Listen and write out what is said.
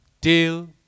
till